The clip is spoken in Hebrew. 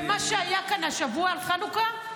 ומה שהיה כאן השבוע בחנוכה,